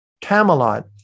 Camelot